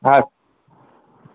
હા